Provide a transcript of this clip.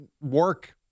work